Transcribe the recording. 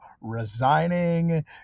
resigning